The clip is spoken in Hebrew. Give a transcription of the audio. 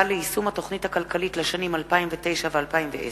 ליישום התוכנית הכלכלית לשנים 2009 ו-2010)